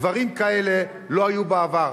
דברים כאלה לא היו בעבר.